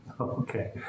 Okay